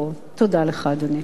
תודה, גברתי.